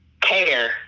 care